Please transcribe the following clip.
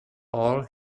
all